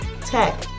tech